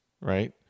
right